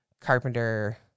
carpenter